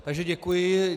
Takže děkuji.